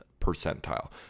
percentile